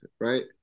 right